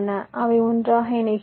அவை ஒன்றாக இணைகின்றன